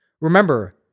Remember